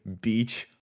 beach